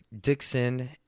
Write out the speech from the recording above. Dixon